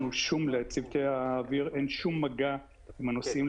לצוותי האוויר אין שום מגע עם הנוסעים,